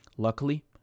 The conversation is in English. Luckily